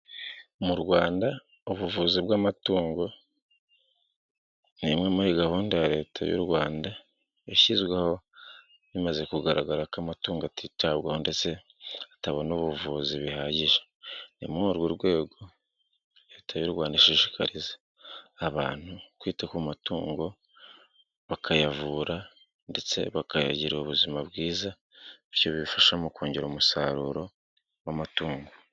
Mu Rwanda ubuvuzi bwa matungo nimwe muri gahunda ya leta y' u Rwanda yashyizweho bimaze kugaragara ko amatungo atitabwaho ndetse atabona ubuvuzi bihajyije, ni muri urwo rwego leta y'u Rwanda ishishikariza abantu kwita ku matungo bakayavura ndetse bakayajyirira ubuzima bwiza bityo bibafasha mu kongera umusaruro w'amatungo.